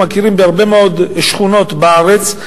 אנחנו מכירים בהרבה מאוד שכונות בארץ,